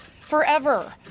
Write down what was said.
forever